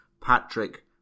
Patrick